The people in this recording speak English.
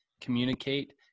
communicate